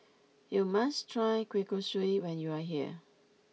you must try Kueh Kosui when you are here